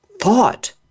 thought